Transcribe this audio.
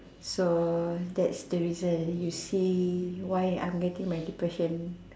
so that's the reason you see why I'm getting my depression